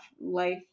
life